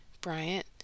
Bryant